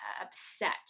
upset